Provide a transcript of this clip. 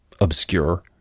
Obscure